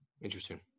Interesting